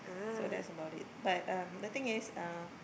so that's about it but um the thing is uh